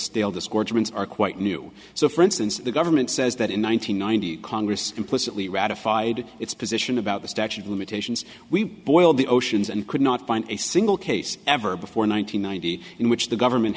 stale disgorgement are quite new so for instance the government says that in one nine hundred ninety congress implicitly ratified its position about the statute of limitations we boiled the oceans and could not find a single case ever before nine hundred ninety in which the government